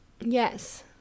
Yes